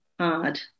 hard